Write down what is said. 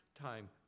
time